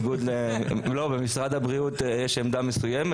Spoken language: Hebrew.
לא, במשרד הבריאות יש עמדה מסוימת.